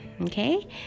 okay